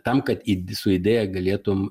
tam kad ide su idėja galėtum